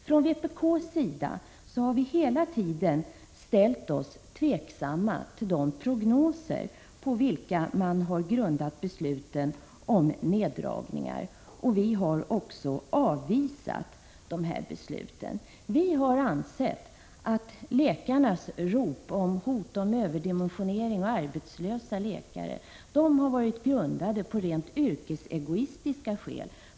Från vpk:s sida har vi hela tiden ställt oss tveksamma till de prognoser på vilka man har grundat besluten om neddragningar, och vi har också avvisat de här besluten. Vi har ansett att läkarnas rop om hotande överdimensionering och arbetslöshet bland läkare har haft rent yrkesegoistiska motiv.